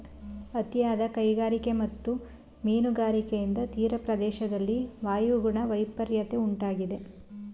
ಅತಿಯಾದ ಕೈಗಾರಿಕೆ ಮತ್ತು ಮೀನುಗಾರಿಕೆಯಿಂದ ತೀರಪ್ರದೇಶದ ವಾಯುಗುಣ ವೈಪರಿತ್ಯ ಉಂಟಾಗಿದೆ